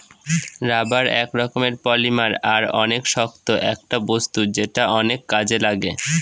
rubber এক রকমের polymer আর অনেক শক্ত একটা বস্তু যেটা অনেক কাজে লাগে